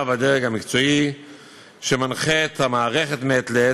והדרג המקצועי שמנחה את המערכת מעת לעת,